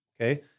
Okay